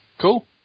Cool